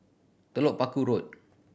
Telok Paku Road